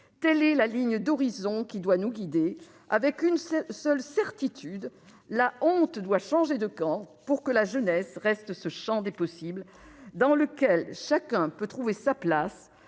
telle est la ligne d'horizon qui doit nous guider, avec une seule certitude : la honte doit changer de camp, pour que la jeunesse reste ce champ des possibles dans lequel chacun peut trouver sa place,